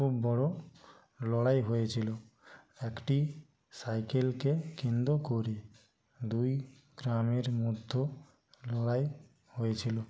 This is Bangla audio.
খুব বড় লড়াই হয়েছিল একটি সাইকেলকে কেন্দ্র করে দুই গ্রামের মধ্যে লড়াই হয়েছিল